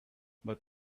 but